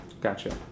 Gotcha